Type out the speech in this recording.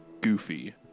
goofy